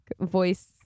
voice